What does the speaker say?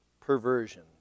perversion